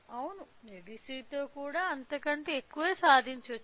అవును ADC తో కూడా అంతకంటే ఎక్కువ సాధించవచ్చు